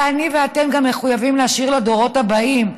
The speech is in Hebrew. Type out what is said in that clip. אני ואתם גם מחויבים להשאיר לדורות הבאים.